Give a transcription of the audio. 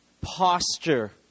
posture